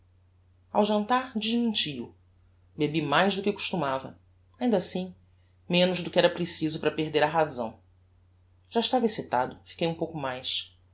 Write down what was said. ao jantar desmenti o bebi mais do que costumava ainda assim menos do que era preciso para perder a razão já estava excitado fiquei urn pouco mais